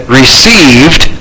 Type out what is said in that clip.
received